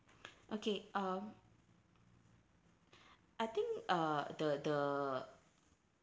okay uh I think uh the the